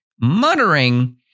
Muttering